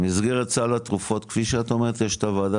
במסגרת סל התרופות כפי שאת אומרת יש את הוועדה